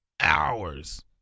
hours